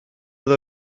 oedd